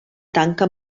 tanca